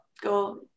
go